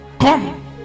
come